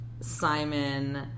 Simon